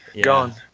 gone